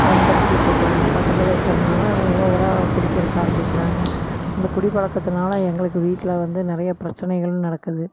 பயன்படுத்திகிட்ருக்குறாங்க பக்கத்தில் இருக்கிறனால ஓவராக குடிக்கிறதுக்கு ஆரம்பிக்கிறாங்கள் அந்த குடிப்பழக்கத்துனால் எங்களுக்கு வீட்டில வந்து நிறைய பிரச்சனைகளும் நடக்குது